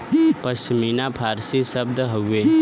पश्मीना फारसी शब्द हउवे